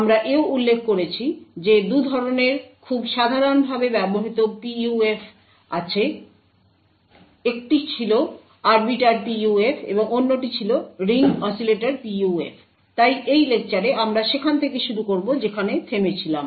আমরা এও উল্লেখ করেছি যে 2 ধরনের খুব সাধারণভাবে ব্যবহৃত PUF আছে একটি ছিল Arbiter PUF এবং অন্যটি ছিল রিং অসিলেটর PUF তাই এই লেকচারে আমরা সেখান থেকে শুরু করব যেখানে থেমেছিলাম